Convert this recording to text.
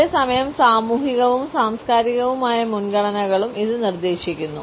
അതേസമയം സാമൂഹികവും സാംസ്കാരികവുമായ മുൻഗണനകളും ഇത് നിർദ്ദേശിക്കുന്നു